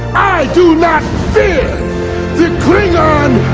do not fear the klingon